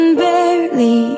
barely